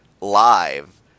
live